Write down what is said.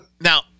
Now